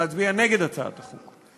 להצביע נגד הצעת החוק.